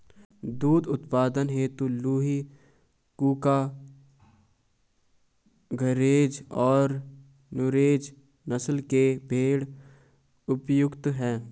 दुग्ध उत्पादन हेतु लूही, कूका, गरेज और नुरेज नस्ल के भेंड़ उपयुक्त है